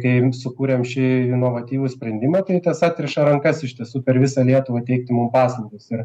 kai im sukūrėm šį inovatyvų sprendimą tai kas atriša rankas iš tiesų per visą lietuvą teikti mum paslaugas ir